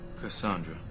Cassandra